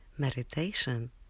Meditation